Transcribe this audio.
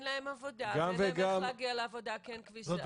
להם עבודה ואין להם איך להגיע לעבודה כי אין כבישים.